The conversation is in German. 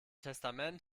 testament